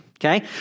Okay